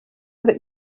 that